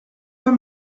pas